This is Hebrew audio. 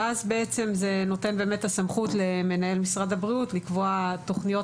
ואז זה נותן את הסמכות למנהל משרד הבריאות לקבוע תכניות